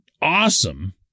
Awesome